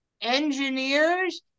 engineers